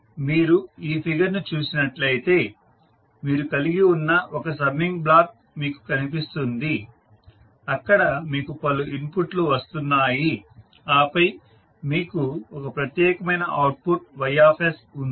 కావున మీరు ఈ ఫిగర్ ను చూసినట్లయితే మీరు కలిగి ఉన్న ఒక సమ్మింగ్ బ్లాక్ మీకు కనిపిస్తుంది అక్కడ మీకు పలు ఇన్పుట్ లు వస్తున్నాయి ఆపై మీకు ఒక ప్రత్యేకమైన అవుట్పుట్ Y ఉంది